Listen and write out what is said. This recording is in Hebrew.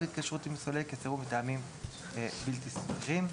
להתקשרות עם סולק כסירוב מטעמים בלתי סבירים.